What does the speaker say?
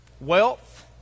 wealth